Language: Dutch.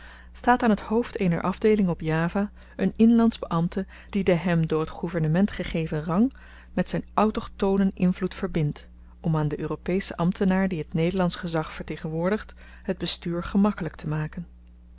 valt staat aan het hoofd eener afdeeling op java een inlandsch beambte die den hem door het gouvernement gegeven rang met zijn autochthoonen invloed verbindt om aan den europeschen ambtenaar die t nederlandsch gezag vertegenwoordigt het bestuur gemakkelyk te maken